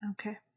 Okay